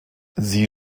sie